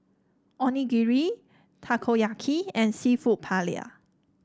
Onigiri Takoyaki and seafood Paella